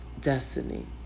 destiny